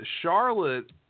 Charlotte